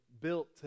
built